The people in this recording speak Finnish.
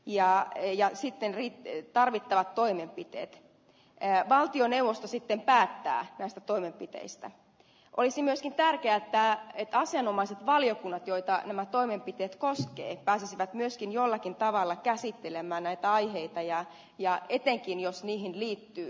ja eija sitten riitti tarvittavat toimenpiteet jää valtioneuvosto sitten päättää näistä toimenpiteistä ja olisimme sentään jättää asianomaisen valiokunnan joita nämä toimenpiteet koskee pääsisivät myöskin jollakin tavalla käsittelemään aiheita ja ja etenkin jos niihin liittyy